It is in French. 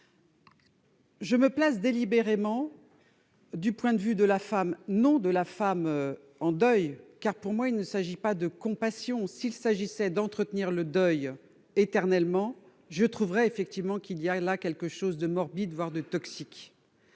me placer délibérément du point de vue de la femme, et non de la femme en deuil. Pour moi, il ne s'agit pas de compassion et, s'il s'agissait d'entretenir éternellement le deuil, je trouverais aussi qu'il y a quelque chose de morbide, voire de toxique.